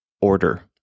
Order